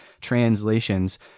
translations